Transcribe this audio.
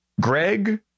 Greg